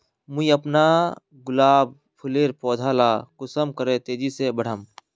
मुई अपना गुलाब फूलेर पौधा ला कुंसम करे तेजी से बढ़ाम?